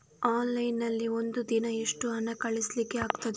Online ನಲ್ಲಿ ಒಂದು ದಿನ ಎಷ್ಟು ಹಣ ಕಳಿಸ್ಲಿಕ್ಕೆ ಆಗ್ತದೆ?